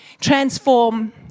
transform